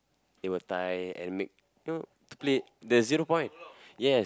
they will tie and make you know to play the zero point yes